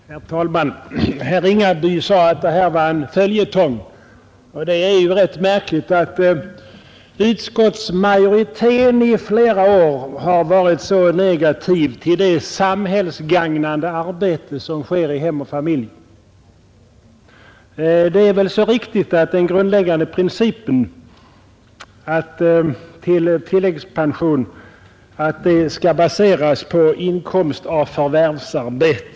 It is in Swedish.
Herr talman! Herr Ringaby sade att detta ärende var en följetong. Det är rätt märkligt, att utskottsmajoriteten i flera år har varit så negativ till det samhällsgagnande arbete som sker i hem och familj. Det är riktigt att den grundläggande principen är att tilläggspension skall baseras på inkomst av förvärvsarbete.